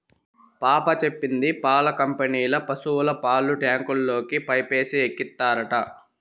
పాప చెప్పింది పాల కంపెనీల పశుల పాలు ట్యాంకుల్లోకి పైపేసి ఎక్కిత్తారట